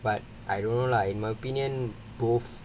but I don't know lah in my opinion both